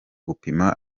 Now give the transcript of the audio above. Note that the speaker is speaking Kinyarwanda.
gupima